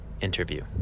interview